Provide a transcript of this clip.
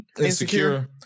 Insecure